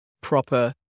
proper